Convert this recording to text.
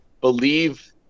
believe –